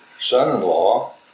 son-in-law